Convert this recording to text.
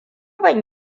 ban